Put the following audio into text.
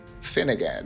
Finnegan